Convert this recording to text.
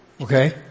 Okay